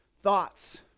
thoughts